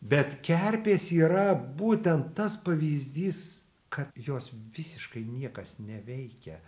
bet kerpės yra būten tas pavyzdys kad jos visiškai niekas neveikia